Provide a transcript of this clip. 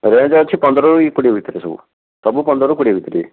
rate ଅଛି ପନ୍ଦରରୁ ଇଏ କୋଡ଼ିଏ ଭିତରେ ସବୁ ସବୁ ପନ୍ଦରରୁ କୋଡ଼ିଏ ଭିତରେ ଇଏ